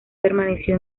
permaneció